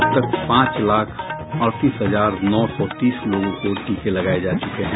अब तक पांच लाख अड़तीस हजार नौ सौ तीस लोगों को टीके लगाये जा चुके हैं